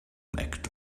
act